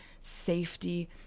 safety